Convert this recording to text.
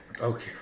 Okay